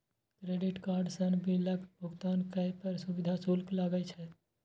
credit card सं बिलक भुगतान करै पर सुविधा शुल्क लागै छै